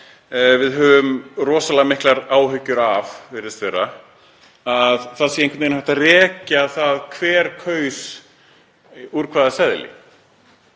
við höfum rosalega miklar áhyggjur af, virðist vera, að það sé einhvern veginn hægt að rekja það hver kaus út frá hverjum seðli.